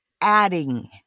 adding